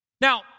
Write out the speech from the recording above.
Now